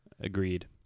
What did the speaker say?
agreed